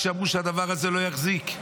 כשאמרו שהדבר הזה לא יחזיק?